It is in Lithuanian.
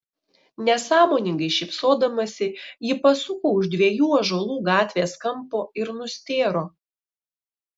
nesąmoningai šypsodamasi ji pasuko už dviejų ąžuolų gatvės kampo ir nustėro